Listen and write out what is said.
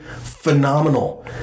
phenomenal